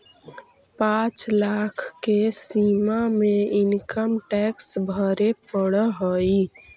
पाँच लाख के सीमा में इनकम टैक्स भरे पड़ऽ हई